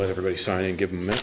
but everybody started giving me